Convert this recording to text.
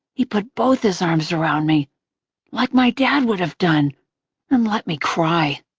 he put both his arms around me like my dad would have done and let me cry.